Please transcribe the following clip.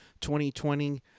2020